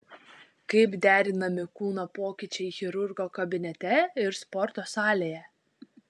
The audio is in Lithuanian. kaip derinami kūno pokyčiai chirurgo kabinete ir sporto salėje